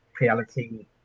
reality